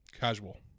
casual